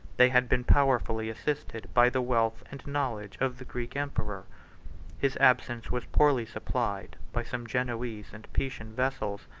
they had been powerfully assisted by the wealth and knowledge of the greek emperor his absence was poorly supplied by some genoese and pisan vessels,